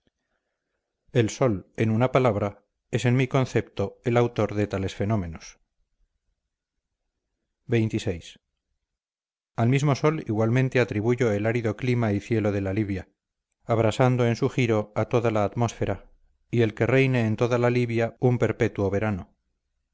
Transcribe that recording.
el sol en una palabra es en mi concepto el autor de tales fenómenos xxvi al mismo sol igualmente atribuyo el árido clima y cielo de la libia abrasando en su giro a toda la atmósfera y el que reine en toda la libia un perpetuo verano